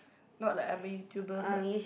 not like I'm a YouTuber but